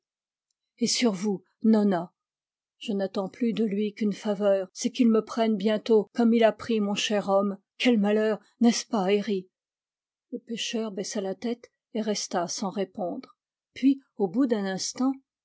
et sur vous nona je n'attends plus de lui qu'une faveur c'est qu'il me prenne bientôt comme il a pris mon cher homme quel malheur n'est-ce pas herri le pêcheur baissa la tête et resta sans répondre puis au bout d'un instant